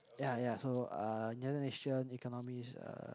ya ya so uh United Nations Economies uh